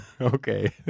Okay